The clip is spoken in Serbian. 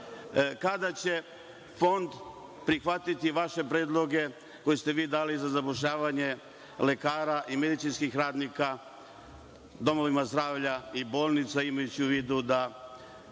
kada će Fond prihvatiti vaše predloge koje ste vi dali za zapošljavanje lekara i medicinskih radnika domovima zdravlja i bolnica, imajući u vidu da